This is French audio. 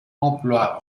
emploi